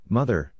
Mother